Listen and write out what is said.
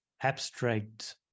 abstract